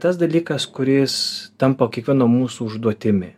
tas dalykas kuris tampa kiekvieno mūsų užduotimi